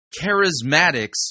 charismatics